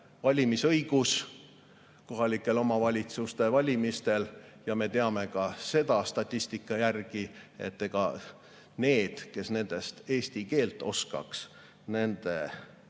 valimisõigus kohalike omavalitsuste valimistel. Ja me teame ka seda statistika järgi, et nende osakaal, kes nendest eesti keelt oskaks, on